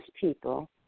people